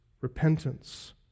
Repentance